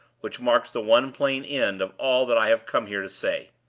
which marks the one plain end of all that i have come here to say.